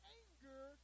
anger